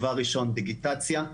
דבר ראשון, דיגיטציה.